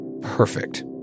perfect